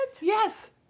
yes